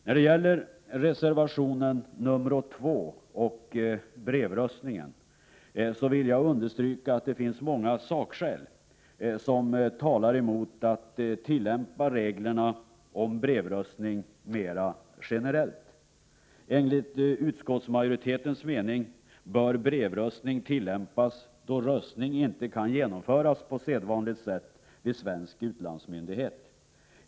När det gäller reservation 2 och brevröstningen vill jag understryka att det finns många sakskäl som talar emot att tillämpa reglerna om brevröstning mera generellt. Enligt utskottsmajoritetens mening bör brevröstning tillämpas då röstning inte kan genomföras på sedvanligt sätt vid svensk utlandsmyndighet.